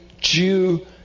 Jew